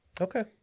okay